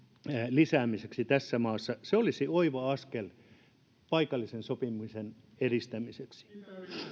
lisäämiseksi tässä maassa se olisi oiva askel paikallisen sopimisen edistämiseksi